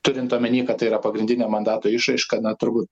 turint omeny kad tai yra pagrindinė mandato išraiška na turbūt